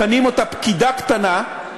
מכנים אותה "פקידה קטנה"